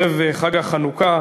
עכשיו ערב חג החנוכה,